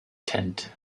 tent